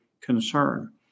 concern